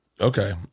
Okay